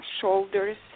shoulders